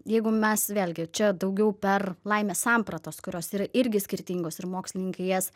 jeigu mes vėlgi čia daugiau per laimės sampratos kurios yra irgi skirtingos ir mokslininkai jas